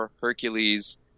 hercules